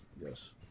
Yes